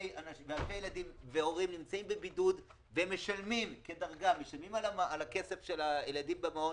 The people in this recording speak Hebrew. ואלפי ילדים והורים נמצאים בבידוד והם משלמים את הכסף של הילדים במעון,